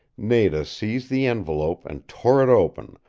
nada seized the envelope and tore it open,